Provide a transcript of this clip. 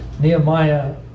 Nehemiah